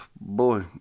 Boy